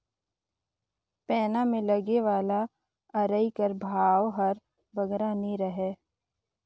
पैना मे लगे वाला अरई कर भाव हर बगरा नी रहें